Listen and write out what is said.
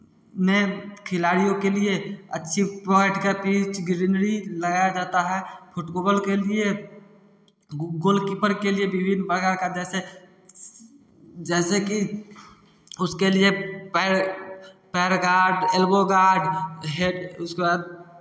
में खिलाड़ियों के लिए अच्छी पाट का पिच ग्रीनरी लाया जाता है फुटबॉल के लिए गोलकीपर के लिए विभिन्न प्रकार का जैसे जैसा कि उसके लिए पैर पैर गार्ड एल्बो गार्ड हैड उसका